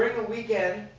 the weekend,